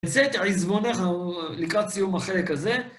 וזה, תעזבונך לקראת סיום החלק הזה.